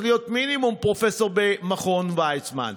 להיות מינימום פרופסור במכון ויצמן.